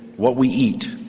what we eat,